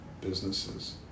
businesses